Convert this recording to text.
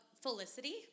Felicity